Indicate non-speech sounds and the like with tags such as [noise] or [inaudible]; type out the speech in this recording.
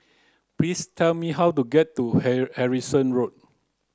please tell me how to get to [unintelligible] Harrison Road